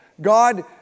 God